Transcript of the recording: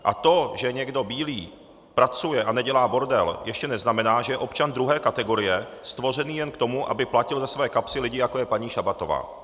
A to, že někdo bílý pracuje a nedělá bordel, ještě neznamená, že je občan druhé kategorie, stvořený jen k tomu, aby platil ze své kapsy lidi, jako je paní Šabatová.